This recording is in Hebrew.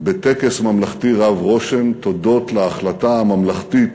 בטקס ממלכתי רב רושם, הודות להחלטה הממלכתית